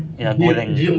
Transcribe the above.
ya golang